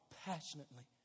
passionately